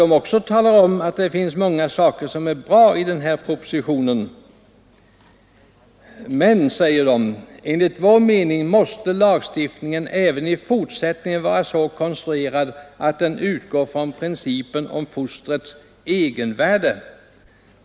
De talar också om att det finns många saker som är bra i den här propositionen. Men de fortsätter: ”Enligt vår mening måste lagstiftningen även i fortsättningen vara så konstruerad att den utgår från principen om fostrets egenvärde.